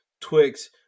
Twix